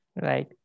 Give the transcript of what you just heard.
right